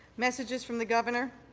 messages from the governor.